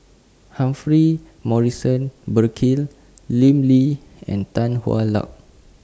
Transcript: Humphrey Morrison Burkill Lim Lee and Tan Hwa Luck